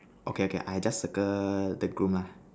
okay okay I just circle the groom lah